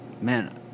man